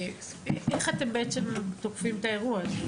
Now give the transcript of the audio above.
איך אתם תוקפים את האירוע הזה?